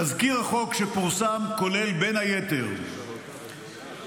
תזכיר החוק שפורסם כולל בין היתר את עיגון